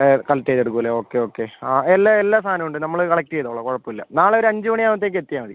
collect ചെയ്ത് എടുക്കുമല്ലേ okay okay ആ എല്ലാ എല്ലാ സാധനവും ഉണ്ട് നമ്മൾ കളക്റ്റ് ചെയ്തോളാം കുഴപ്പം ഇല്ല നാളെ ഒരു അഞ്ച് മണി ആവുമ്പോഴത്തേക്ക് എത്തിയാൽ മതി